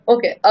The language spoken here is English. Okay